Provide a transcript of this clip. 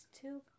two